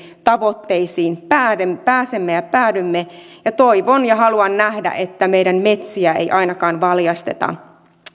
tavoitteisiin pääsemme ja päädymme ja toivon ja haluan nähdä että meidän metsiä ei ainakaan valjasteta